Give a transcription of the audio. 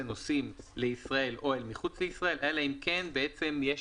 נוסעים לישראל או מחוץ לישראל אלא אם יש אישור,